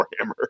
Warhammer